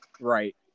right